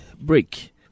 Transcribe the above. break